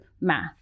math